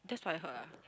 that's what I heard ah